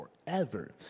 forever